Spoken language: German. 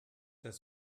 das